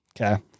Okay